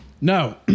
No